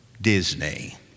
Disney